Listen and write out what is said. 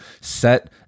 set